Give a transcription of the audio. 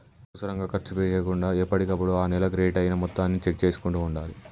అనవసరంగా ఖర్చు చేయకుండా ఎప్పటికప్పుడు ఆ నెల క్రెడిట్ అయిన మొత్తాన్ని చెక్ చేసుకుంటూ ఉండాలి